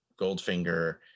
Goldfinger